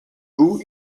goûts